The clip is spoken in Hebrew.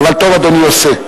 אבל טוב אדוני עושה.